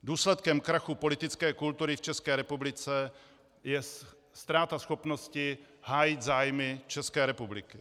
Důsledkem krachu politické kultury v České republice je ztráta schopnosti hájit zájmy České republiky.